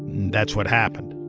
that's what happened